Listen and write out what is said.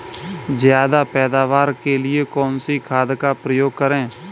ज्यादा पैदावार के लिए कौन सी खाद का प्रयोग करें?